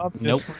Nope